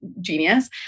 genius